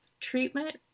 treatment